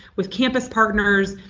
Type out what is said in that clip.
with campus partners,